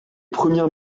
première